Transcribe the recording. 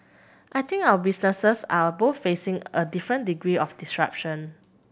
I think our businesses are both facing a different degree of disruption